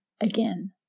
again